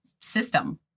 system